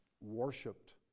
worshipped